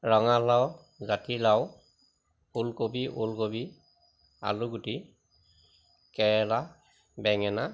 ৰঙালাও জাতিলাও ফুলকবি ওলকবি আলুগুটি কেৰেলা বেঙেনা